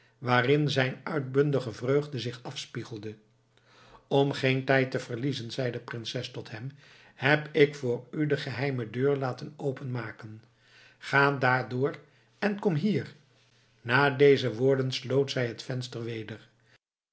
waarin zijn uitbundige vreugde zich afspiegelde om geen tijd te verliezen zei de prinses tot hem heb ik voor u de geheime deur laten openmaken ga daardoor en kom hier na deze woorden sloot zij het venster weder